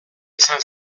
izan